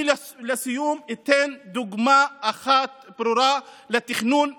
אני לסיום אתן דוגמה אחת ברורה לתכנון בנגב,